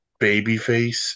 babyface